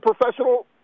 professional –